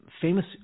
famous